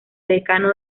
decano